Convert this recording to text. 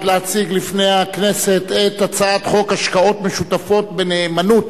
להציג לפני הכנסת את הצעת חוק השקעות משותפות בנאמנות